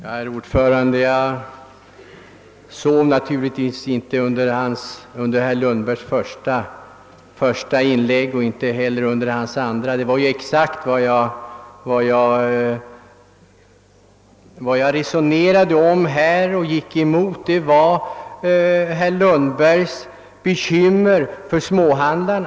Herr talman! Jag sov naturligtvis inte under herr Lundbergs första inlägg och inte heller under hans andra. Vad jag vände mig mot var herr Lundbergs bekymmer för småhandlarna.